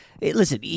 Listen